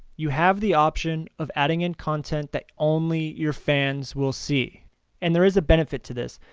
you have the option of adding in content that's only your fans will see and there is a benefit to this.